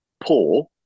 poor